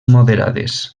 moderades